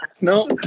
No